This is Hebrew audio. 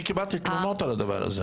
אני קיבלתי תלונות על הדבר הזה.